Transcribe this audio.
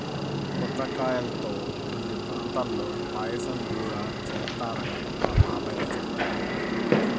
పొట్లకాయల్తో కొన్ని ప్రాంతాల్లో పాయసం గూడా చేత్తారని మా బాబాయ్ చెప్పాడు